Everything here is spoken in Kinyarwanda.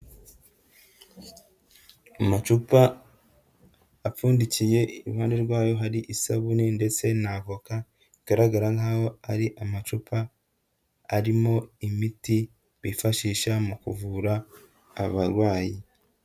Amacupa apfundikiye, iruhande rwayo hari isabune ndetse na avoka bigaragara nk'aho ari amacupa arimo imiti bifashisha mu kuvura abarwayi.